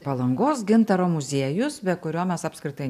palangos gintaro muziejus be kurio mes apskritai